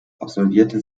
absolvierte